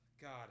God